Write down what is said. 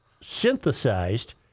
synthesized